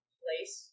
place